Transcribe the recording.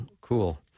cool